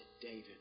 David